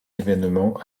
événement